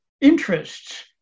interests